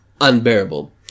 unbearable